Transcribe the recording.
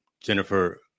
Jennifer